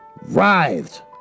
writhed